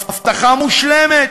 הבטחה מושלמת.